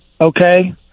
okay